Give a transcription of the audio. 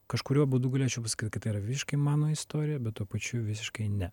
kažkuriuo būdu galėčiau pasakyt kad tai yra visiškai mano istorija bet tuo pačiu visiškai ne